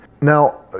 Now